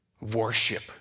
worship